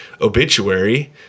Obituary